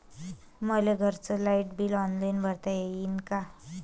मले घरचं light bill online भरता येईन का?